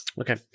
okay